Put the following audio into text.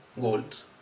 goals